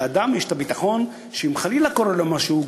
ולאדם יש ביטחון שאם חלילה קורה לו משהו,